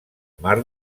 mar